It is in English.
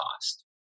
cost